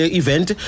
event